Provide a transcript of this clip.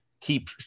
keep